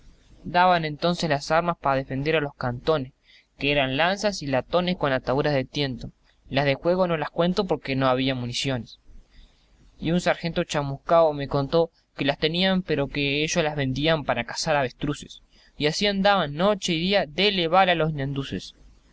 daban entonces las armas pa defender los cantones que eran lanzas y latones con ataduras de tiento las de juego no las cuento porque no había municiones y un sargento chamuscao me contó que las tenían pero que ellos la vendían para cazar avestruces y así andaban noche y día dele bala a los